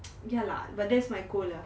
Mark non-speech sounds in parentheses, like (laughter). (noise) ya lah but that's my goal lah